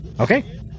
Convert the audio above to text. Okay